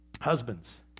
Husbands